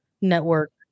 network